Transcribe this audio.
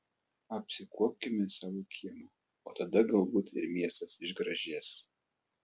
apsikuopkime savo kiemą o tada galbūt ir miestas išgražės